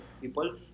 people